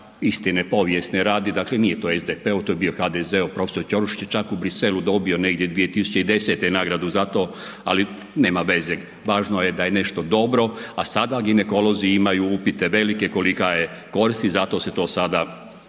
istine povijesne radi, dakle nije SDP-ov, to je bio HDZ-ov prof. Ćolušić je čak u Bruxellesu dobio negdje 2010. nagradu za to ali nema veze, važno je da je nešto dobro a sada ginekolozi imaju upite velike kolika je korist i zato se to sada